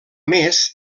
més